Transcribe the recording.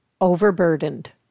overburdened